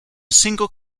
single